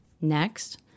Next